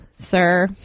sir